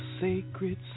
sacred